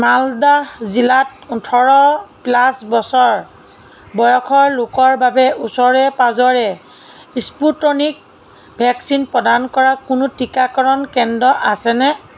মালদাহ জিলাত ওঠৰ প্লাছ বছৰ বয়সৰ লোকৰ বাবে ওচৰে পাজৰে স্পুটনিক ভেকচিন প্ৰদান কৰা কোনো টিকাকৰণ কেন্দ্ৰ আছেনে